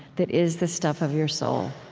that is the stuff of your soul.